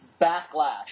backlash